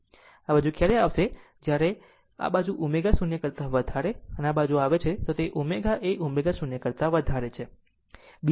આ બાજુ ક્યારે આવશે જ્યારે આ બાજુ ω0 કરતા વધારે જો આ બાજુ આવે છે તો તે ω એ ω0 કરતાં વધારે છે